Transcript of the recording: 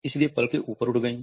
इसलिए पलके उपर उठ गईं